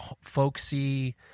folksy